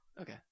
okay